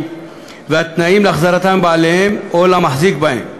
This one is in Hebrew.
והתנאים להחזרתם לבעליהם או למחזיק בהם,